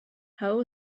how